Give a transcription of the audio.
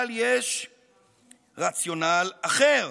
אבל יש רציונל אחר,